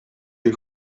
een